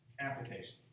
application